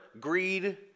greed